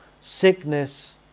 Sickness